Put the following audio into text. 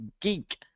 GEEK